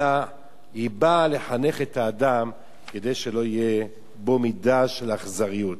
אלא היא באה לחנך את האדם כדי שלא תהיה בו מידה של אכזריות.